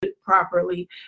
properly